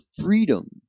freedom